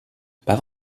pas